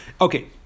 Okay